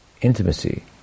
intimacy